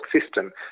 system